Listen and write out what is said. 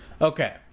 Okay